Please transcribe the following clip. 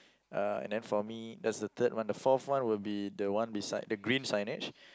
uh and then for me that's the third one the fourth one will be the one beside the green signage